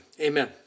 amen